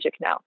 now